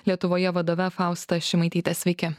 lietuvoje vadove fausta šimaityte sveiki